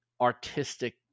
artistic